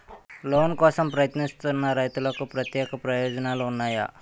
Loan కోసం ప్రయత్నిస్తున్న రైతులకు ప్రత్యేక ప్రయోజనాలు ఉన్నాయా?